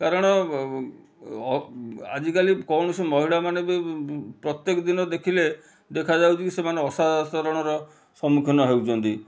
କାରଣ ଆଜିକାଲି କୌଣସି ମହିଳାମାନେ ବି ପ୍ରତ୍ୟେକ ଦିନ ଦେଖିଲେ ଦେଖାଯାଉଛି ସେମାନେ ଅସଦାଚରଣର ସମ୍ମୁଖୀନ ହେଉଛନ୍ତି